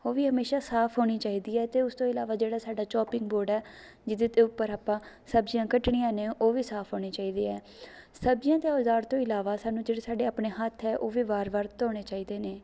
ਉਹ ਵੀ ਹਮੇਸ਼ਾ ਸਾਫ਼ ਹੋਣੀ ਚਾਹੀਦੀ ਹੈ ਅਤੇ ਉਸ ਤੋਂ ਇਲਾਵਾ ਜ਼ਿਹੜਾ ਸਾਡਾ ਚੌਪਿੰਗ ਬੌਰਡ ਹੈ ਜਿਹਦੇ 'ਤੇ ਉੱਪਰ ਆਪਾਂ ਸਬਜ਼ੀਆਂ ਕੱਟਣੀਆਂ ਨੇ ਉਹ ਵੀ ਸਾਫ਼ ਹੋਣੀ ਚਾਹੀਦੀ ਹੈ ਸਬਜ਼ੀਆਂ ਅਤੇ ਔਜ਼ਾਰ ਤੋਂ ਇਲਾਵਾ ਸਾਨੂੰ ਜਿਹੜੀ ਸਾਡੇ ਆਪਣੇ ਹੱਥ ਹੈ ਉਹ ਵੀ ਵਾਰ ਵਾਰ ਧੋਣੇ ਚਾਹੀਦੇ ਨੇ